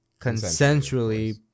consensually